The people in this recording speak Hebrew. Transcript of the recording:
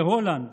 בהולנד